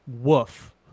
Woof